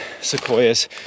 sequoias